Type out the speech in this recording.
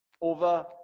over